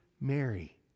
Mary